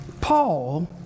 Paul